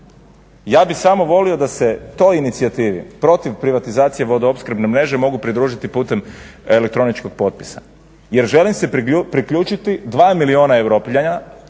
Ja bih samo volio da se toj inicijativi protiv privatizacije vodoopskrbne mreže mogu pridružiti putem elektroničkog potpisa jer želim se priključiti 2 milijuna Europljana